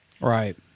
Right